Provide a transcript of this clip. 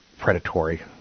predatory